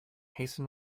hasten